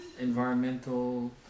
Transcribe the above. environmental